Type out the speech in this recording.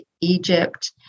egypt